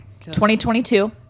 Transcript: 2022